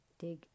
dig